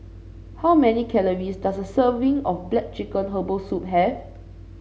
how many calories does a serving of black chicken Herbal Soup have